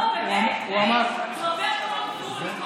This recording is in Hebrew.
לא, באמת, מאיר, זה עובר כל גבול.